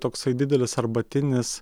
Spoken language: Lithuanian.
toksai didelis arbatinis